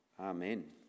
amen